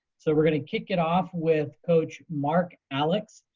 so we're gonna kick it off with coach mark alex,